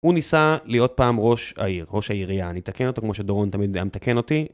הוא ניסה להיות פעם ראש העיר, ראש העירייה. אני אתקן אותו כמו שדרון תמיד היה מתקן אותי.